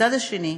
מצד שני,